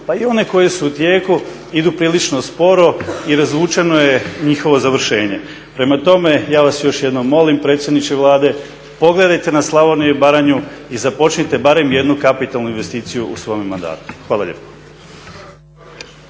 pa i one koje su u tijeku idu prilično sporo i razvučeno je njihovo završenje. Prema tome, ja vas još jednom molim predsjedniče Vlade, pogledajte na Slavoniju i Baranju i započnite barem jednu kapitalnu investiciju u svome mandatu. Hvala lijepo.